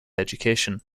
education